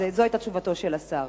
זו היתה תשובתו של השר.